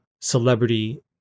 celebrity